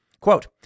Quote